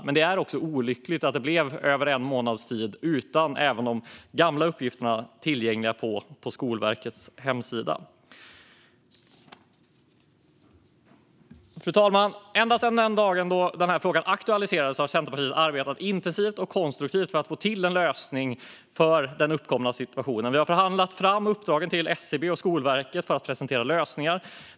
Men det är också olyckligt att det blev över en månads tid utan dem, även om de gamla uppgifterna fanns tillgängliga på Skolverkets hemsida. Fru talman! Ända sedan den dag då denna fråga aktualiserades har Centerpartiet arbetat intensivt och konstruktivt för att få till en lösning på den uppkomna situationen. Vi har förhandlat fram uppdragen till SCB och Skolverket för att presentera lösningar.